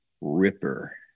Ripper